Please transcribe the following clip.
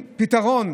נכון?